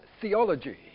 theology